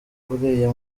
uriya